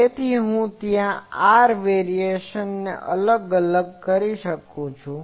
તેથી હું ત્યાં r વેરીએશન ને અલગ કરી શકું છું